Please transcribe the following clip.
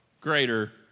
Greater